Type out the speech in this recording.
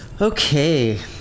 okay